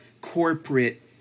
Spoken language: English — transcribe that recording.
corporate